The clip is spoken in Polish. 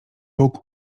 bóg